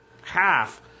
Half